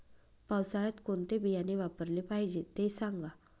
पावसाळ्यात कोणते बियाणे वापरले पाहिजे ते सांगा